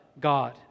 God